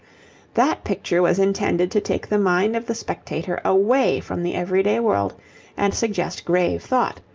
that picture was intended to take the mind of the spectator away from the everyday world and suggest grave thought,